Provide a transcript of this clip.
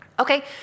Okay